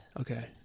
Okay